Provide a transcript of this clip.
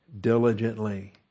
diligently